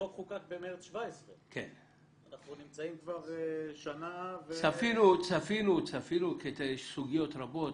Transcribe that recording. החוק חוקק במרץ 2017. אנחנו נמצאים כבר שנה --- צפינו סוגיות רבות